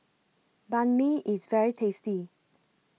Banh MI IS very tasty